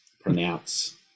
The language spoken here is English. pronounce